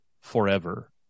Forever